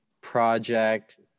project